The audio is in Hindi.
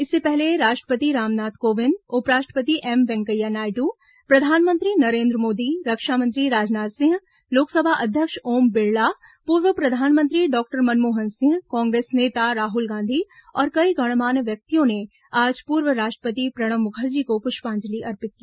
इससे पहले राष्ट्रपति रामनाथ कोविंद उपराष्ट्रपति एम वेंकैया नायडू प्रधानमंत्री नरेन्द्र मोदी रक्षामंत्री राजनाथ सिंह लोकसभा अध्यक्ष ओम बिड़ला पूर्व प्रधानमंत्री डॉक्टर मनमोहन सिंह कांग्रेस नेता राहुल गांधी और कई गणमान्य व्यक्तियों ने आज पूर्व राष्ट्रपति प्रणब मुखर्जी को पुष्पांजलि अर्पित की